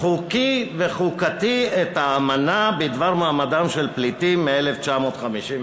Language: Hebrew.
חוקי וחוקתי את האמנה בדבר מעמדם של פליטים מ-1951,